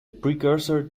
precursor